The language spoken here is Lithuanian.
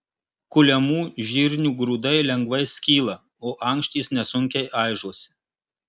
kuliamų žirnių grūdai lengvai skyla o ankštys nesunkiai aižosi